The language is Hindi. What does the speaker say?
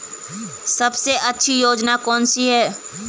सबसे अच्छी योजना कोनसी है?